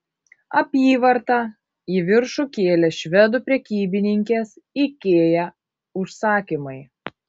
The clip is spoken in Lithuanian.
apyvartą į viršų kėlė švedų prekybininkės ikea užsakymai